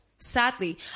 Sadly